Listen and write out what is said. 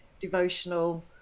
devotional